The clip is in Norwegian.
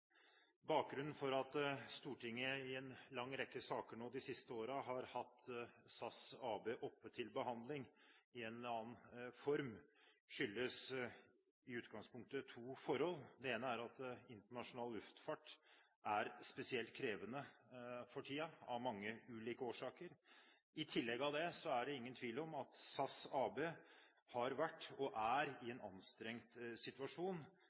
Bakgrunnen for at Stortinget i en lang rekke saker de siste årene har hatt SAS AB oppe til behandling i en eller annen form, skyldes i utgangspunktet to forhold. Det ene er at internasjonal luftfart er spesielt krevende for tiden av mange ulike årsaker. I tillegg er det ingen tvil om at SAS AB har vært, og er, i en anstrengt situasjon